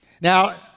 Now